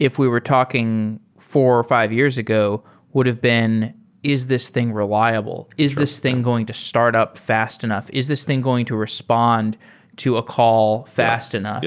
if we were talking four or fi ve years ago would have been is this thing reliable? is this thing going to start up fast enough? is this thing going to respond to a call fast enough? yeah